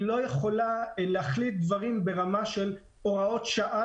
היא לא יכולה להחליט דברים ברמה של הוראות שעה